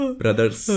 brothers